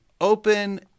open